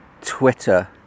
Twitter